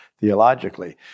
theologically